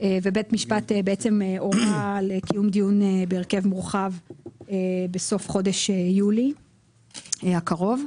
ובית המשפט הורה על קיום דיון בהרכב מורחב בסוף חודש יולי הקרוב.